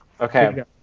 Okay